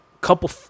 couple